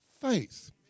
faith